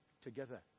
together